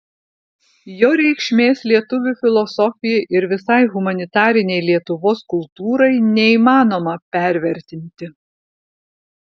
jo reikšmės lietuvių filosofijai ir visai humanitarinei lietuvos kultūrai neįmanoma pervertinti